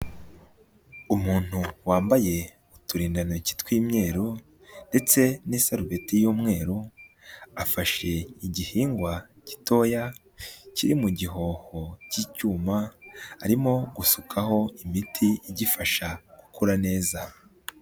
Umuntu wambaye uturindantoki tw'imyeru, ndetse n'isarubeti y'umweru, afashe igihingwa gitoya kiri mu gihoho cy'icyuma arimo gusukaho imiti igifasha gukura neza.